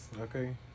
okay